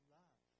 love